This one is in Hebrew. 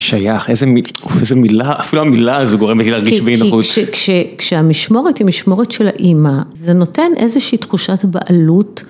שייך, אוף, איזה מילה, אפילו המילה הזו גורמת לי להרגיש באי נוחות. כי כשהמשמורת היא משמורת של האמא, זה נותן איזושהי תחושת בעלות.